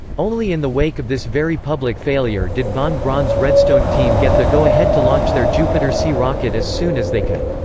only in the wake of this very public failure did von braun's redstone team get the go-ahead to launch their jupiter-c rocket as soon as they could.